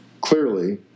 clearly